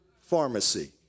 pharmacy